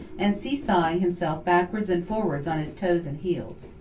and see-sawing himself backwards and forwards on his toes and heels.